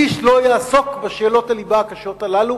איש לא יעסוק בשאלות הליבה הקשות הללו